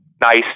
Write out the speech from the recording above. nice